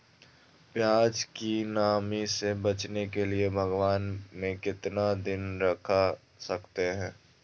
प्यास की नामी से बचने के लिए भगवान में कितना दिन रख सकते हैं?